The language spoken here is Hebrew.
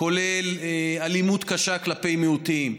כולל אלימות קשה כלפי מיעוטים.